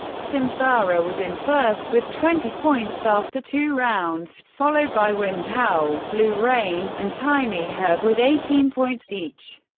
samsara was in first with twenty points after two rounds, followed by wind howl, blue rain, and tiny herb with eighteen points each.